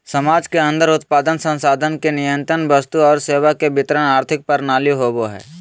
समाज के अन्दर उत्पादन, संसाधन के नियतन वस्तु और सेवा के वितरण आर्थिक प्रणाली होवो हइ